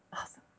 Awesome